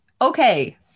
okay